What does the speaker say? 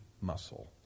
muscle